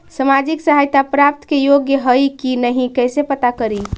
सामाजिक सहायता प्राप्त के योग्य हई कि नहीं कैसे पता करी?